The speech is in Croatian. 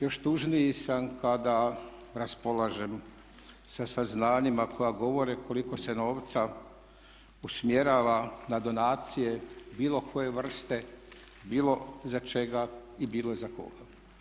Još tužniji sam kada raspolažem sa saznanjima koja govore koliko se novca usmjerava na donacije bilo koje vrste, bilo za čega i bilo za koga.